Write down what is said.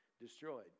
destroyed